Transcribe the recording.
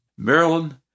Maryland